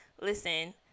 listen